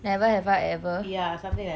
never have I ever